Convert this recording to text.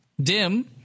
Dim